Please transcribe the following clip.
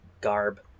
garb